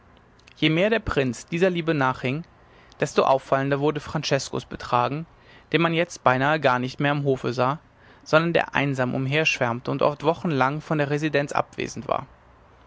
je mehr der prinz dieser liebe nachhing desto auffallender wurde franceskos betragen den man jetzt beinahe gar nicht mehr am hofe sah sondern der einsam umherschwärmte und oft wochenlang von der residenz abwesend war